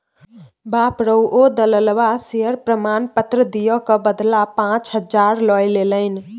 बाप रौ ओ दललबा शेयर प्रमाण पत्र दिअ क बदला पाच हजार लए लेलनि